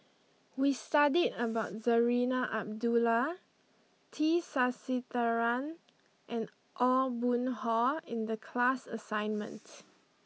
we studied about Zarinah Abdullah T Sasitharan and Aw Boon Haw in the class assignment